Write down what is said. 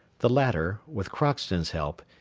the latter, with crockston's help,